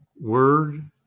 word